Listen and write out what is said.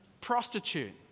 prostitute